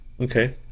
Okay